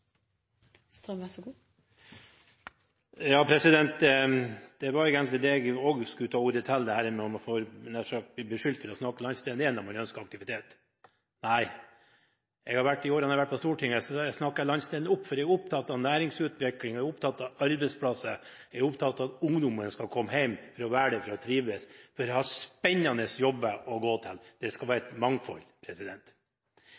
Det var egentlig det også jeg skulle ta ordet for, dette nærmest å bli beskyldt for å snakke landsdelen ned når man ønsker aktivitet. Nei, i de årene jeg har vært på Stortinget, har jeg snakket landsdelen opp, for jeg er opptatt av næringsutvikling, jeg er opptatt av arbeidsplasser, jeg er opptatt av at ungdommen skal komme hjem for å være der, for å trives og ha spennende jobber å gå til. Det skal være